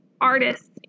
artists